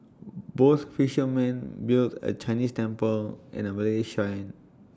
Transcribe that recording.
both fishermen built A Chinese temple and A Malay Shrine